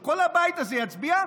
כל הבית הזה יצביע,